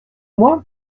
moi